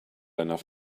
enough